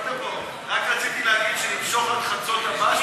רק רציתי להגיד שנמשוך עד חצות הבא,